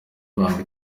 banga